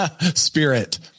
Spirit